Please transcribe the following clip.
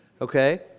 Okay